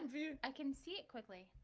do you ah can see it quickly,